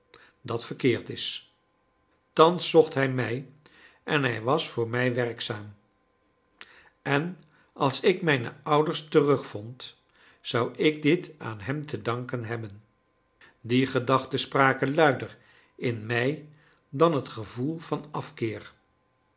dat verkeerd is thans zocht hij mij en hij was voor mij werkzaam en als ik mijne ouders terugvond zou ik dit aan hem te danken hebben die gedachten spraken luider in mij dan het gevoel van afkeer